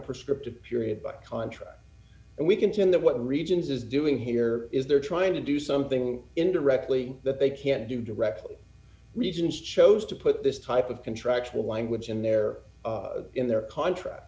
prescriptive period by contract and we contend that what regions is doing here is they're trying to do something indirectly that they can't do directly regions chose to put this type of contractual language in there in their contract